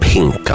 Pink